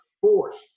forced